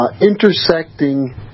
intersecting